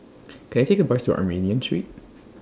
Can I Take A Bus to Armenian Street